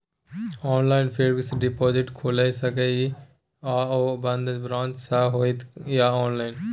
Online fixed deposit खुईल सके इ आ ओ बन्द ब्रांच स होतै या ऑनलाइन?